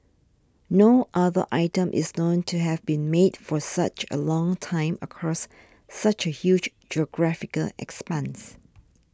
no other item is known to have been made for such a long time across such a huge geographical expanse